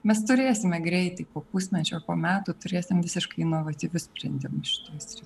mes turėsime greitai po pusmečio po metų turėsim visiškai inovatyvius sprendimus šitoj srity